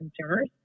consumers